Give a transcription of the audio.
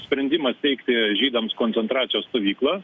sprendimą steigti žydams koncentracijos stovyklą